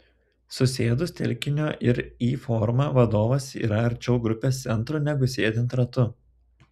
susėdus tekinio ir y forma vadovas yra arčiau grupės centro negu sėdint ratu